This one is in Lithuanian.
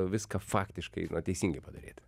viską faktiškai na teisingai padaryt